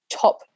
top